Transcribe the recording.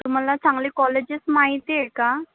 तुम्हाला चांगले कॉलेजेस माहिती आहे का